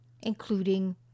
including